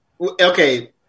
okay